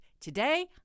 Today